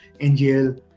NGL